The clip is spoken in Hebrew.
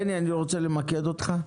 בני, אני רוצה למקד אותך.